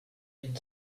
mil